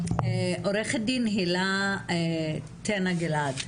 עו"ד הילה טנא-גלעד.